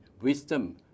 wisdom